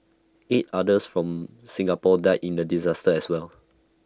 eight others from Singapore died in the disaster as well